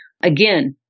Again